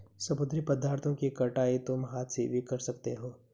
समुद्री पदार्थों की कटाई तुम हाथ से भी कर सकते हो